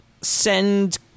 send